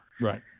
Right